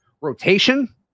rotation